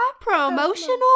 promotional